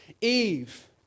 Eve